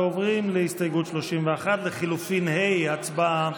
ועוברים להסתייגות 31 לחלופין ה' הצבעה.